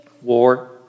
war